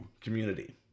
community